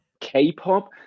K-pop